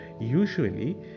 usually